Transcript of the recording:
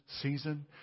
season